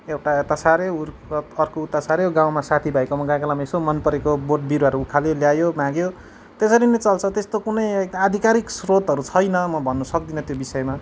एउटा यता साऱ्यो उर अर्को उता साऱ्यो गाउँमा साथीभाइकोमा गएको बेलामा यसो मनपरेको बोट बिरुवाहरू उखाल्यो ल्यायो माग्यो त्यसरी नै चल्छ त्यस्तो कुनै आधिकारिक स्रोतहरू छैन म भन्न सक्दिनँ त्यो विषयमा